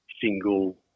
single